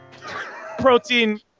protein